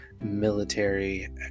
military